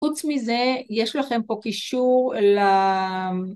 חוץ מזה יש לכם פה קישור ל...